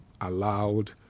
allowed